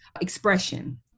expression